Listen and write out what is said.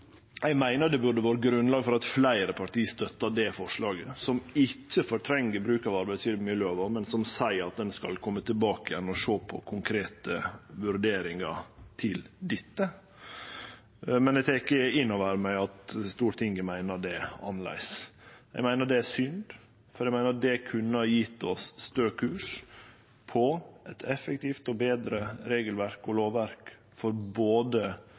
Eg meiner det burde vere grunnlag for at fleire parti støttar det forslaget, som ikkje fortrengjer bruk av arbeidsmiljølova, men som seier at ein skal kome tilbake og sjå på konkrete vurderingar til dette. Men eg tek inn over meg at Stortinget meiner det er annleis. Eg meiner det er synd, for eg meiner det kunne ha gjeve oss stø kurs til eit effektivt og betre regelverk og lovverk for både